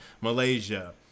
Malaysia